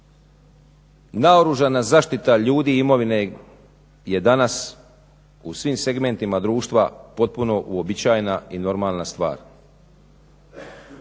Naoružana zaštita ljudi i imovine je danas u svim segmentima društva potpuno uobičajena i normalna stvar.